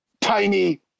tiny